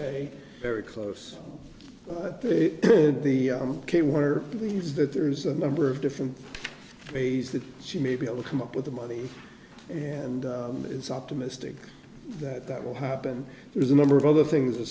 a very close at the moment came where we use that there's a number of different ways that she may be able to come up with the money and it's optimistic that that will happen there's a number of other things